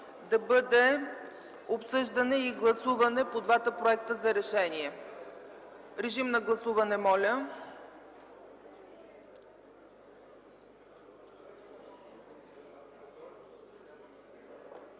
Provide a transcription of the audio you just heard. да бъде обсъждане и гласуване по двата проекта за решение. Моля, гласувайте.